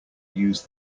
use